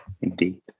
Indeed